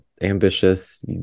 ambitious